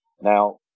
Now